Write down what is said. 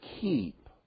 keep